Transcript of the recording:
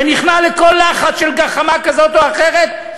שנכנע לכל לחץ של גחמה כזו או אחרת,